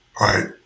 right